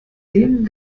dem